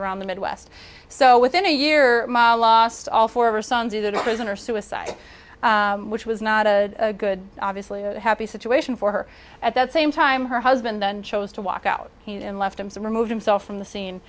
around the midwest so within a year lost all four of her sons either to prison or suicide which was not a good obviously a happy situation for her at the same time her husband then chose to walk out and left him some remove himself from the scene